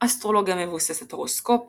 אסטרולוגיה מבוססת הורוסקופ